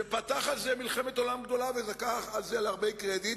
שפתח על זה מלחמת עולם גדולה ולקח על זה הרבה קרדיט.